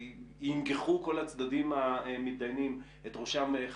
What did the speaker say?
יינגחו כל הצדדים המתדיינים את ראשם אחד